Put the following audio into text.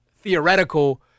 theoretical